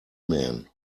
men